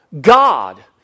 God